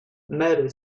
mary